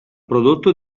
prodotto